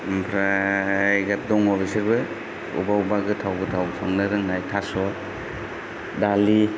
ओमफ्राय दा दङ बिसोरबो बबेबा बबेबा गोथाव गोथाव संनो रोंनाय थास' दालि